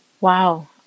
Wow